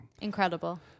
Incredible